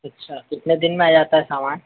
अच्छा कितने दिन में आ जाता है सामान